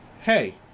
hey